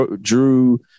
drew